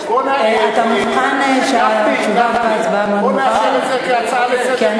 בוא נעשה את זה כהצעה לסדר-יום,